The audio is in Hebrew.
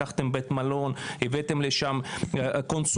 לקחתם בית מלון, הבאתם לשם קונסולים.